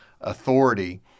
authority